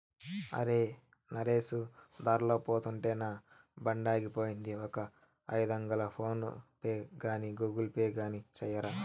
అరే, నరేసు దార్లో పోతుంటే నా బండాగిపోయింది, ఒక ఐదొందలు ఫోన్ పే గాని గూగుల్ పే గాని సెయ్యరా